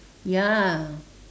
ya